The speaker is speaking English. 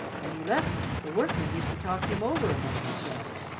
when he left them, the workmen used to talk him over among themselves,